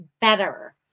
better